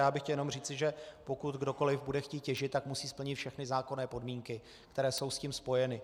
Chtěl bych jenom říci, pokud kdokoliv bude chtít těžit, tak musí splnit všechny zákonné podmínky, které jsou s tím spojeny.